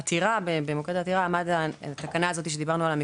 במוקד העתירה עמדה התקנה הזו שדיברנו עליה מקודם,